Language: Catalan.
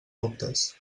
dubtes